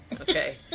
okay